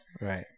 Right